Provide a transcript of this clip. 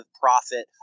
profit